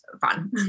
fun